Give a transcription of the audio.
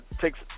takes